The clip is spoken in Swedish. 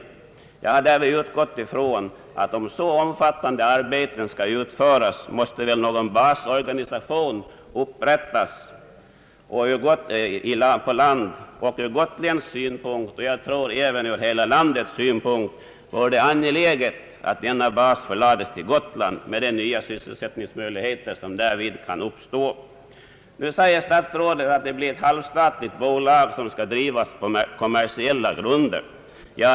Jag har därvid utgått ifrån att om så omfattande arbeten skall utföras måste väl någon basorganisation upprättas i land. Ur Gotlands, och jag tror även ur hela landets synpunkt, vore det angeläget att denna bas förlades till Gotland med de nya sysselsättningsmöjligheter som därvid kan uppstå. Nu säger statsrådet att det blir ett halvstatligt bolag, som skall drivas på kommersiella grunder.